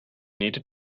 needed